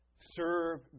Serve